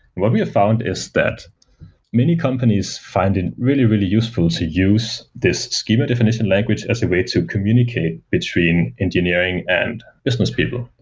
what we found is that many companies find it really, really useful to use this schema definition language as a way to communicate between engineering and business people.